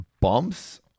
bumps